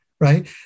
right